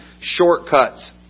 shortcuts